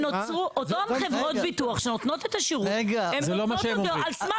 אותן חברות ביטוח שנותנות את השירות הם נותנות אותו על סמך